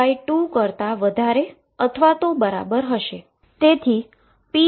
2 કરતા વધારે અથવા બરાબર હશે